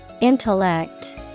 Intellect